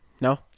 No